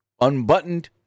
unbuttoned